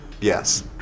Yes